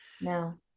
no